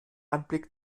anblick